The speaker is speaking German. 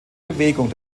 bewegung